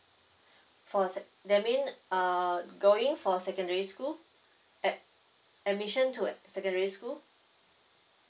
for a sec that mean uh going for secondary school ad~ admission to uh secondary school